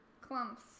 clumps